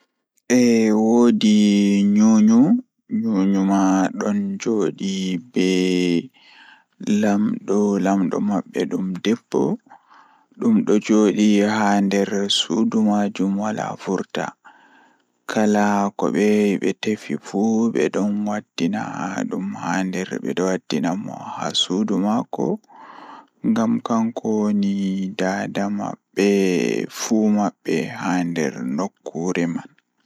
Ah ndikka ɓe tokka jangugo mathmatics Ko sabu ngoodi e ɗum, yimɓe foti waawi sosde ɗum, e tawti laawol e nder caɗeele. Mathematics nafa koo fiyaama e nder keewɗi, kadi ko ɗum hokkata noyiɗɗo e tareeji woppitaaki. Kono, waɗde mathematics no waawi njama ko moƴƴi faami, heɓugol firtiiɗo ngal hayɓe.